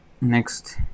next